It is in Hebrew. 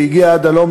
והגיעה עד הלום,